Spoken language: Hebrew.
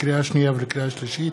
לקריאה שנייה ולקריאה שלישית,